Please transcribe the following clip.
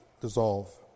dissolve